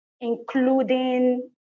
including